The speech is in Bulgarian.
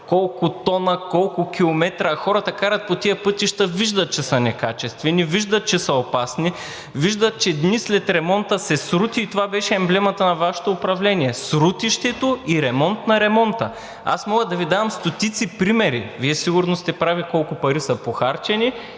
колко тона, колко километра. Хората карат по тези пътища и виждат, че са некачествени, виждат, че са опасни, виждат, че дни след ремонта се срути и това беше емблемата на Вашето управление – срутището и ремонт на ремонта. Аз мога да Ви дам стотици примери, а Вие сигурно сте прави колко пари са похарчени,